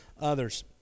others